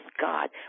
God